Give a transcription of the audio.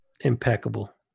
impeccable